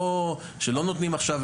שלא נותנים עכשיו,